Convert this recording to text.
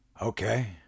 Okay